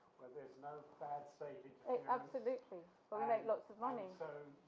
where there's no bad saving absolutely. we make lots of money. so